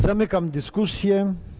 Zamykam dyskusję.